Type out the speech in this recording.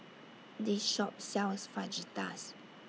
This Shop sells Fajitas